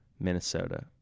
Minnesota